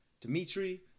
Dimitri